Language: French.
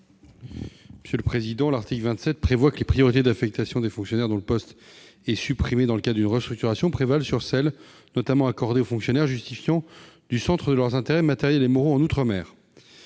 commission ? L'article 27 prévoit que les priorités d'affectation des fonctionnaires dont le poste est supprimé dans le cadre d'une restructuration prévalent sur celles qui sont notamment accordées aux fonctionnaires justifiant du centre de leurs intérêts matériels et moraux en outre-mer.